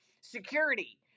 security